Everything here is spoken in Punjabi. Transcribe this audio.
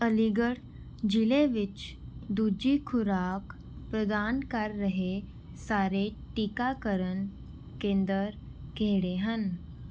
ਅਲੀਗੜ੍ਹ ਜ਼ਿਲ੍ਹੇ ਵਿੱਚ ਦੂਜੀ ਖੁਰਾਕ ਪ੍ਰਦਾਨ ਕਰ ਰਹੇ ਸਾਰੇ ਟੀਕਾਕਰਨ ਕੇਂਦਰ ਕਿਹੜੇ ਹਨ